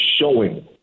showing